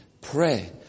Pray